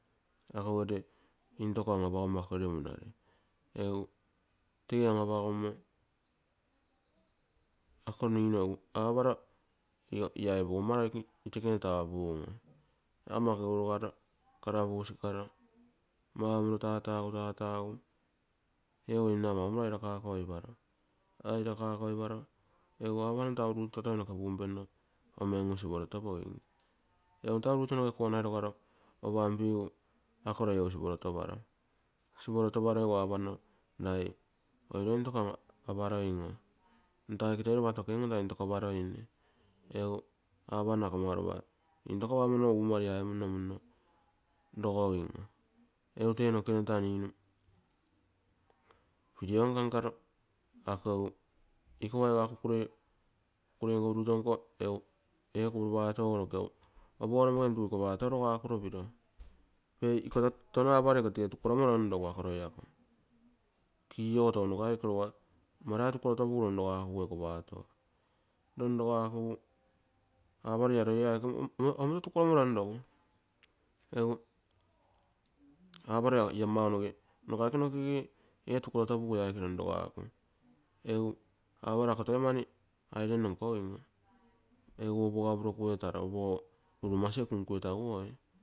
Akogere intoko an-apagommo, akogee monare, egu tege an-apagommo ako ninu egu aparo ia ee pogaa loikene tapunno, aga mma ako rogaro maumoro tatgu, eego inna maumoro airakoiparo kaiabu etaro apanno taa urugito toi noke rogenno omengu siporotopogim egu opanpigu ako roi egu siporotoparo. Siporotoparo egu apanno rai oiro into aparoin oo tau aike ti lopa token oo taa intoko aparoimne egu apanno ako mau lopa intoko apamonno uuma riaimunno munno rogogim. Egu tee nokekene taa ninu video nkankaro, ako egu ee kopiro paigu kukurei nko, paato nko, urugito nko. Ikoge opou nomoge tuntugu iko baata rogakuro piro, tono aparo iko tege tukoromo ronrogu, key ogo tounoke lopa marai rukotopu ronroguguo egu aparo a roi mau noge nokaike nokege ee tukorotopugu ia aike ronrog. Aparo ako toi mani airenno tokogin egu opoga upuro kuetaro. opogo urumasi e kunkuetaguoi.